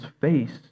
face